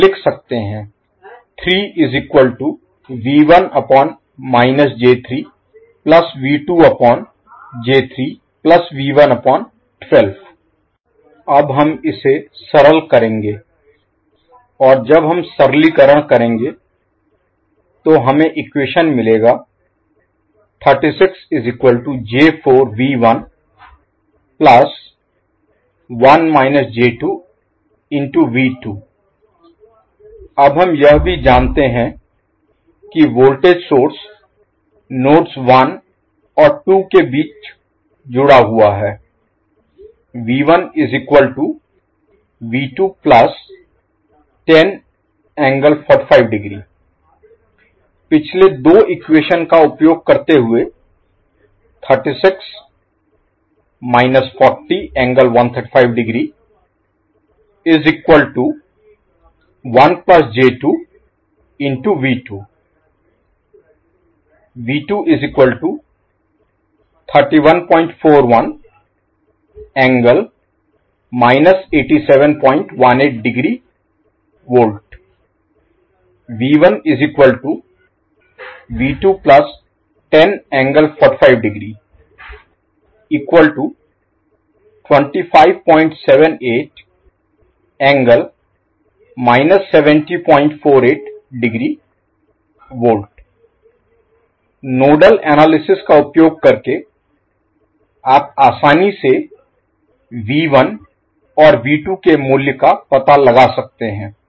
हम लिख सकते है हम इसे सरल करेंगे और जब हम सरलीकरण करेंगे तो हमें इक्वेशन मिलेगा अब हम यह भी जानते हैं कि वोल्टेज सोर्स स्रोत Source नोड्स 1 और 2 के बीच जुड़ा हुआ है पिछले दो इक्वेशन का उपयोग करते हुए नोडल एनालिसिस विश्लेषण Analysis का उपयोग करके आप आसानी से और के मूल्य का पता लगा सकते हैं